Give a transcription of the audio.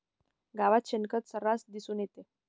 गावात शेणखत सर्रास दिसून येते